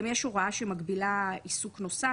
גם יש הוראה שמגבילה עיסוק נוסף.